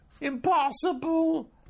Impossible